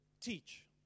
teach